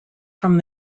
from